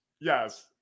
Yes